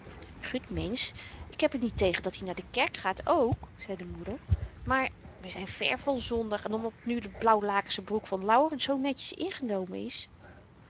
gut mensch ik heb er niet tegen dat-i naar de kerk gaat ook zei de moeder maar we zyn ver van zondag en omdat nu de blauw lakensche broek van laurens zoo netjes ingenomen is